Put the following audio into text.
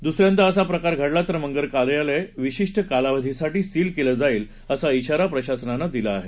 दुसऱ्यांदा असा प्रकार घडला तर मंगल कार्यालय विशिष्ट कालावधीसाठी सील केले जाईल असा श्वारा प्रशासनानं दिला आहे